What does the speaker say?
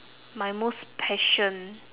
my most passion